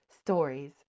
stories